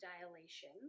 dilation